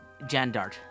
Jandart